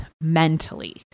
mentally